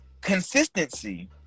consistency